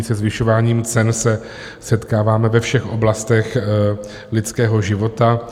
Se zvyšováním cen se setkáváme ve všech oblastech lidského života.